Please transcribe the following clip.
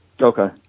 Okay